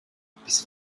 bis